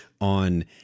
on